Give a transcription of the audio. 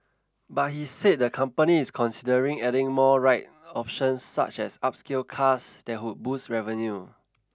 but he said the company is considering adding more ride options such as upscale cars that would boost revenue